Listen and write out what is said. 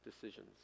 decisions